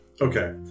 Okay